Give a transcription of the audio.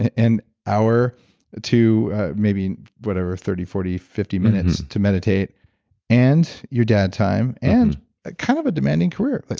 an hour to maybe whatever, thirty, forty, fifty minutes to meditate and your dad time and kind of a demanding career? like